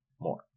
more